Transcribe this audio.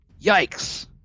yikes